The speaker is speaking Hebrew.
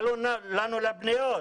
לפניות,